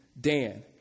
Dan